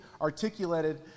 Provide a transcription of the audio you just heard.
articulated